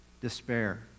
despair